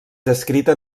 descrita